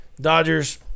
Dodgers